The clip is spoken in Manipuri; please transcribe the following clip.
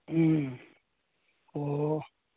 ꯎꯝ ꯑꯣ